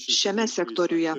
šiame sektoriuje